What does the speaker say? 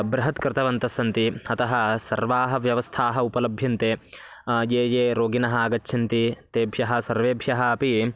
बृहत् कृतवन्तः सन्ति अतः सर्वाः व्यवस्थाः उपलभ्यन्ते ये ये रोगिणः आगच्छन्ति तेभ्यः सर्वेभ्यः अपि